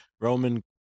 Roman